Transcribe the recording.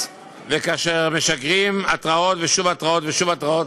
כאשר משגרים שוב התראות ושוב התראות,